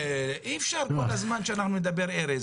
אי אפשר כל הזמן שאנחנו נדבר ארז,